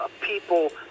people